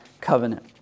covenant